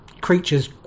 creatures